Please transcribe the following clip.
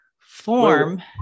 form